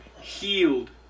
healed